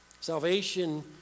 Salvation